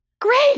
great